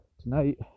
tonight